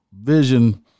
vision